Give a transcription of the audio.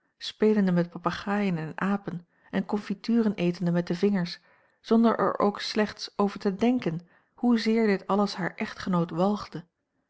spelende met papegaaien en apen en confituren etende met de vingers zonder er ook slechts over te denken hoezeer dit alles haar echtgenoot